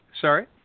Sorry